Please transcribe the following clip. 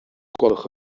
gwelwch